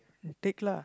then take lah